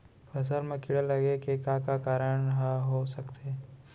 फसल म कीड़ा लगे के का का कारण ह हो सकथे?